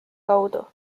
kaudu